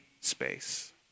space